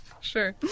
Sure